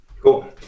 Cool